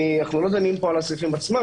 אנחנו לא דנים פה על הסעיפים עצמם,